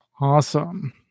Awesome